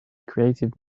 creative